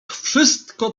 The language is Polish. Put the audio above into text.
wszystko